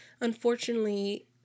Unfortunately